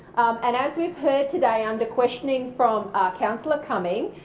and as we've heard today under questioning from councillor cumming,